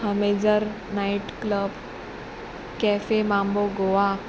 हमेजर night club cafe Mambo Goa